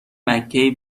مککی